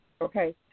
Okay